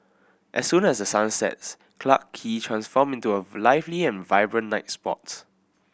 as soon as the sun sets Clarke Quay transform into a lively and vibrant night spot